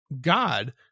God